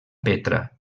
petra